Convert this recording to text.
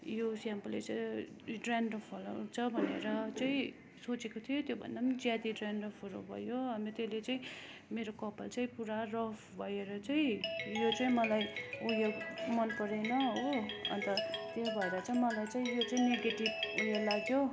यो सेम्पूले चाहिँ ड्रेन्ड्रफ हराउँछ भनेर चाहिँ सोचेको थिएँ त्यो भन्दा पनि ज्यादा डेन्ड्रफहरू भयो अनि त्यसले चाहिँ मेरो कपाल चाहिँ पुरा रफ भएर चाहिँ यो चाहिँ मलाई उयो मनपरेन हो अन्त त्यही भएर चाहिँ मलाई चाहिँ यो चाहिँ नेगेटिभ उयो लाग्यो